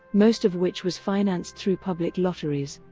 most of which was financed through public lotteries.